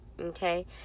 Okay